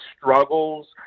struggles